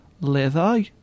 leather